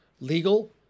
legal